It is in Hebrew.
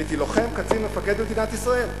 הייתי לוחם, קצין, מפקד במדינת ישראל.